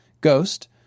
Ghost